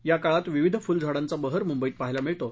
या काळात विविध फुलझाडांचा बहर मुंबईत पहायला मिळतो